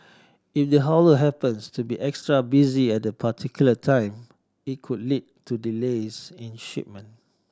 if the haulier happens to be extra busy at the particular time it could lead to delays in shipment